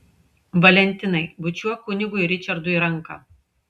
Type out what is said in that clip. valentinai bučiuok kunigui ričardui ranką